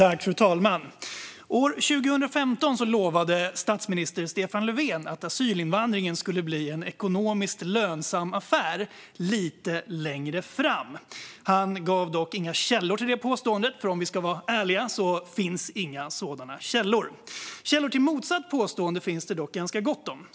Fru talman! År 2015 lovade statsminister Stefan Löfven att asylinvandringen skulle bli en ekonomiskt lönsam affär lite längre fram. Han gav dock inga källor till detta påstående, och om vi ska vara ärliga finns det inga sådana källor. Källor till motsatt påstående finns det dock ganska gott om.